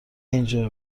اینجا